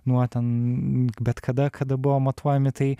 nuo ten bet kada kada buvo matuojami tai